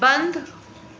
बंद